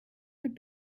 could